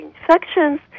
infections